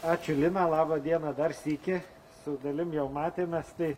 ačiū lina labą dieną dar sykį su dalim jau matėmės tai